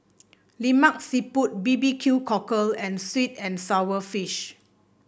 Lemak Siput B B Q Cockle and sweet and sour fish